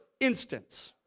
instance